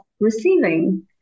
receiving